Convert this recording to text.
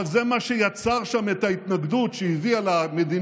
אבל זה מה שיצר שם את ההתנגדות שהביאה למדיניות